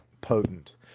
potent